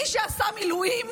מי שעשה מילואים,